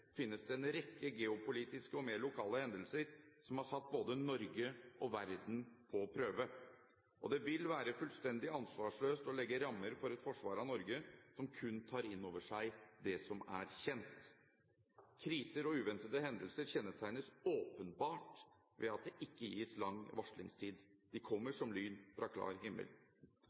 finnes det en rekke geopolitiske og mer lokale hendelser som har satt både Norge og verden på prøve. Det vil være fullstendig ansvarsløst å legge rammer for et forsvar av Norge som kun tar inn over seg det som er kjent. Kriser og uventede hendelser kjennetegnes åpenbart ved at det ikke gis lang varslingstid – de kommer som lyn fra klar himmel.